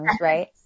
right